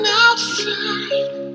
outside